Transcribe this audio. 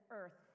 earth